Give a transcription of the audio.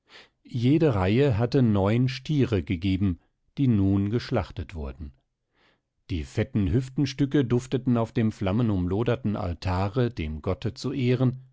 jede reihe hatte neun stiere gegeben die nun geschlachtet wurden die fetten hüftenstücke dufteten auf dem flammenumloderten altare dem gotte zu ehren